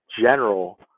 general